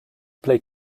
play